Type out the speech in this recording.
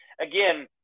again